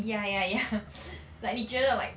ya ya ya like 你觉得 like